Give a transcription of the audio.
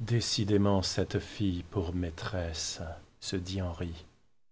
décidément cette fille comme maîtresse se dit henri